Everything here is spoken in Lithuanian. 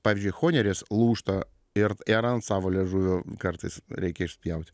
pavyzdžiui chonerės lūžta ir ir ant savo liežuvio kartais reikia išspjauti